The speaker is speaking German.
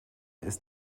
ist